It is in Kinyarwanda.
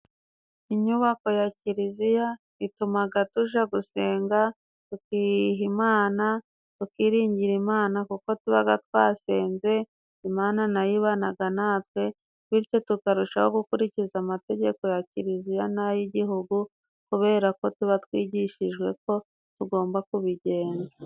Inyubako ya kiliziya itumaga tujya gusenga, tukiha lmana, tukiringira Imana kuko tuba twasenze. Imana nayo ibana natwe, bityo tukarushaho gukurikiza amategeko ya kiliziya n'ay'igihugu, kubera ko tuba twigishijwe uko tugomba kubigenza.